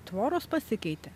tvoros pasikeitė